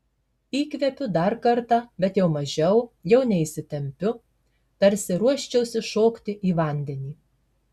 įkvėpiu dar kartą bet jau mažiau jau neįsitempiu tarsi ruoščiausi šokti į vandenį